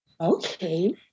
okay